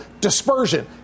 dispersion